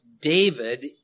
David